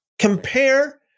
Compare